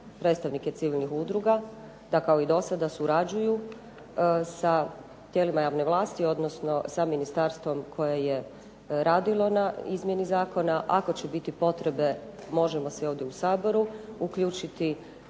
predstavnike civilnih udruga da kao i do sada surađuju sa tijelima javne vlasti odnosno sa ministarstvom koje je radilo na izmjeni zakona. Ako će biti potrebe možemo se ovdje u Saboru uključiti,